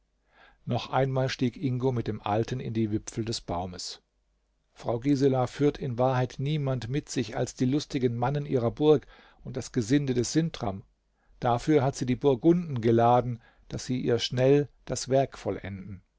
noch einmal stieg ingo mit dem alten in den wipfel des baumes frau gisela führt in wahrheit niemand mit sich als die lustigen mannen ihrer burg und das gesinde des sintram dafür hat sie die burgunden geladen daß sie ihr schnell das werk vollenden